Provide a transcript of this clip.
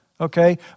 okay